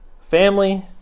family